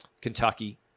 Kentucky